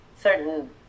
certain